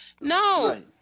No